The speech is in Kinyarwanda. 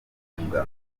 guhunga